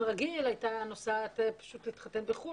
רגיל הייתה נוסעת פשוט להתחתן בחו"ל,